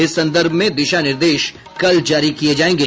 इस संदर्भ में दिशा निर्देश कल जारी किए जाएंगे